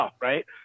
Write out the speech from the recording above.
right